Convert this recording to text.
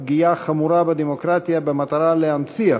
פגיעה חמורה בדמוקרטיה במטרה להנציח